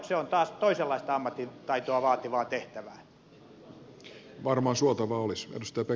se on taas toisenlaista ammattitaitoa vaativaa tehtävää